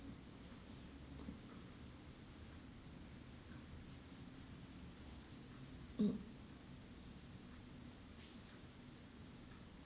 mm mm